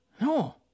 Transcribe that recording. no